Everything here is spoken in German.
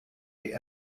die